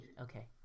Okay